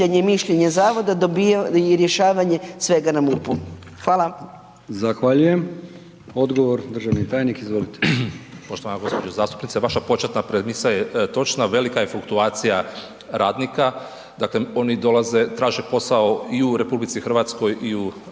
mišljenje zavoda i rješavanje svega na MUP-u? Hvala.